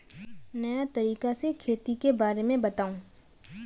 नया तरीका से खेती के बारे में बताऊं?